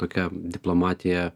tokia diplomatija